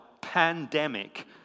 pandemic